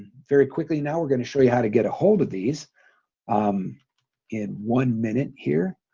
very quickly now, we're going to show you how to get a hold of these um in one minute here